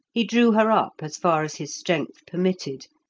he drew her up as far as his strength permitted,